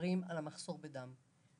מתגברים על המחסור בדם.